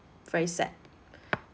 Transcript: very sad